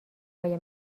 های